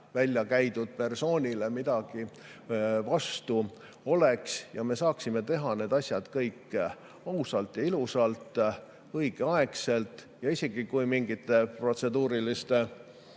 väljakäidud persooni vastu oleks, ja me saaksime teha need asjad kõik ausalt ja ilusalt, õigeaegselt. Isegi kui mingite protseduuriliste